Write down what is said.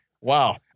wow